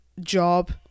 job